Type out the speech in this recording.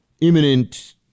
imminent